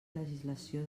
legislació